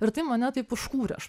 ir tai mane taip užkūrė aš